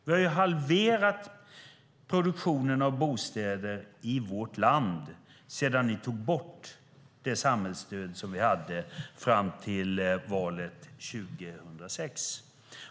Vi har halverat produktionen av bostäder i vårt land sedan alliansregeringen tog bort det samhällsstöd som vi hade fram till valet 2006.